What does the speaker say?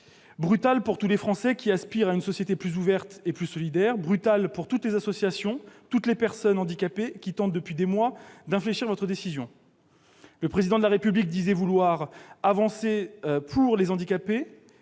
brutal pour tous les Français qui aspirent à une société plus ouverte et plus solidaire, brutal pour toutes les associations, pour toutes les personnes handicapées, qui tentent depuis des mois d'infléchir votre décision. Le Président de la République disait vouloir avancer pour les personnes